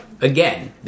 again